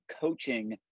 coaching